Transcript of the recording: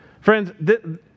Friends